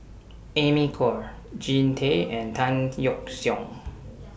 Amy Khor Jean Tay and Tan Yeok Seong